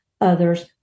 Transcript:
others